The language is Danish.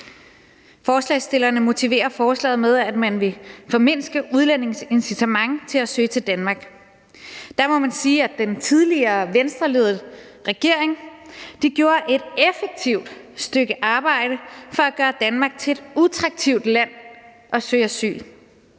Forslagsstillerne motiverer forslaget med, at man vil formindske udlændinges incitament til at søge til Danmark. Der må man sige, at den tidligere Venstreledede regering gjorde et effektivt stykke arbejde for at gøre Danmark til et uattraktivt land at søge asyl